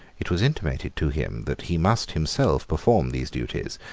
it was intimated to him that he must himself perform these duties,